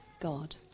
God